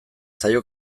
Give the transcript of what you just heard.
zaio